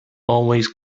always